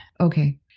Okay